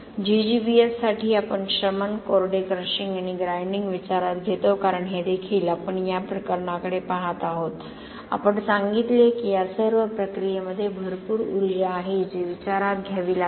GGBS साठी आपण शमन कोरडे क्रशिंग आणि ग्राइंडिंग विचारात घेतो कारण हे देखील आम्ही या प्रकरणाकडे पाहत आहोत आपण सांगितले की या सर्व प्रक्रियेमध्ये भरपूर ऊर्जा आहे जी विचारात घ्यावी लागेल